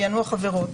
פענוח עבירות.